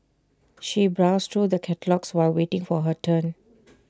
she browsed through the catalogues while waiting for her turn